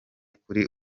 kuri